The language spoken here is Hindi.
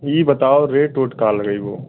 यह बताओ रेट वेट का क्या लगाओगे